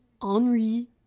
Henri